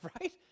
right